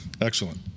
Excellent